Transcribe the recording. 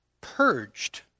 purged